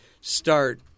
start